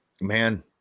man